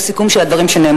כי אני קבעתי לעצמי כלל שאני,